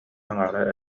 аҥаара